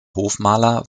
hofmaler